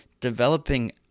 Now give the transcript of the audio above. developing